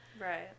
Right